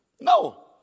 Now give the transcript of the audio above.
No